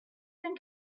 and